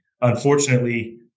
unfortunately